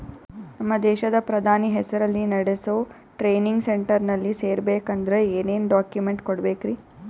ನಮ್ಮ ದೇಶದ ಪ್ರಧಾನಿ ಹೆಸರಲ್ಲಿ ನೆಡಸೋ ಟ್ರೈನಿಂಗ್ ಸೆಂಟರ್ನಲ್ಲಿ ಸೇರ್ಬೇಕಂದ್ರ ಏನೇನ್ ಡಾಕ್ಯುಮೆಂಟ್ ಕೊಡಬೇಕ್ರಿ?